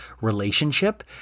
relationship